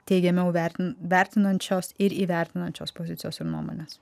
teigiamiau vertint vertinančios ir įvertinančios pozicijos ir nuomonės